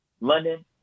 London